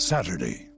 Saturday